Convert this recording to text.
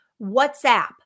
WhatsApp